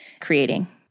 creating